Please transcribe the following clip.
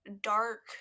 dark